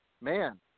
man